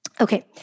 Okay